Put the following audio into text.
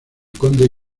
conde